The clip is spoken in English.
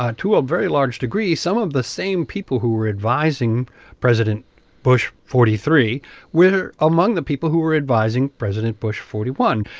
ah to a very large degree, some of the same people who were advising president bush forty three were among the people who were advising president bush forty one.